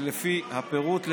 לפי הפירוט להלן: